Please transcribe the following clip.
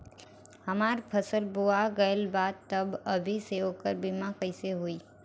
हमार फसल बोवा गएल बा तब अभी से ओकर बीमा कइसे होई?